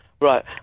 Right